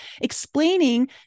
explaining